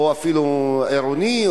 או אפילו עירוני,